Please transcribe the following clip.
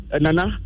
nana